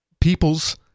peoples